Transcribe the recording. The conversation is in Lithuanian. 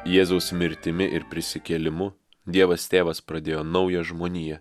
jėzaus mirtimi ir prisikėlimu dievas tėvas pradėjo naują žmoniją